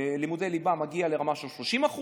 לימודי ליבה מגיע לרמה של 30%,